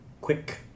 quick